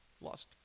Lost